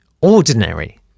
ordinary